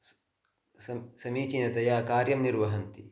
सः सः समीचीनतया कार्यं निर्वहन्ति